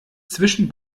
zwischen